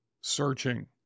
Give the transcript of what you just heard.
searching